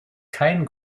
kein